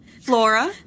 Flora